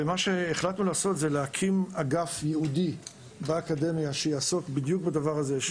החלטנו להקים אגף ייעודי באקדמיה שיעסוק בדיוק בדבר הזה.